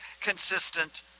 consistent